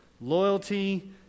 loyalty